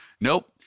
nope